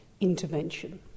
intervention